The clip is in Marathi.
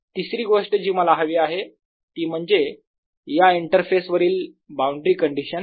तिसरी गोष्ट जी मला हवी आहे ती म्हणजे या इंटरफेस वरील बाउंड्री कंडिशन्स